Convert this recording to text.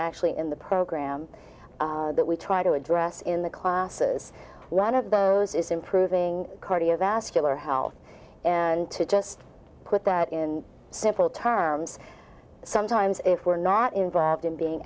actually in the program that we try to address in the classes one of those is improving cardiovascular health and to just put that in simple terms sometimes if we're not involved in being